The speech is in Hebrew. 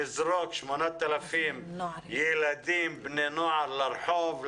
8,000 ילדים ובני נוער לרחוב,